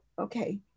okay